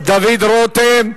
דוד רותם.